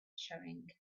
showing